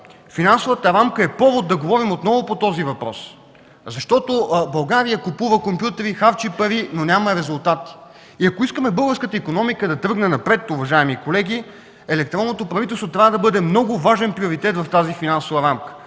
финансовата рамка е повод отново да говорим по този въпрос. Защото България купува компютри, харчи пари, но няма резултати. Ако искаме българската икономика да тръгне напред, уважаеми колеги, електронното правителство трябва да бъде много важен приоритет в тази финансова рамка